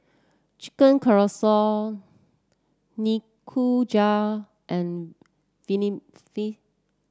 Chicken Casserole Nikujaga and Vermicelli